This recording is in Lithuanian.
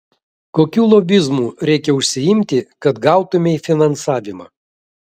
kokiu lobizmu reikia užsiimti kad gautumei finansavimą